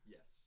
Yes